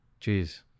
Jeez